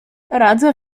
radzę